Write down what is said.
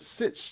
sit